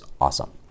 awesome